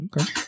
Okay